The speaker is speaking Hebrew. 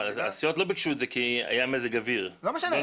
אבל הסיעות לא ביקשו את זה כי היה מזג אוויר לא נעים.